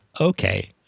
Okay